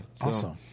Awesome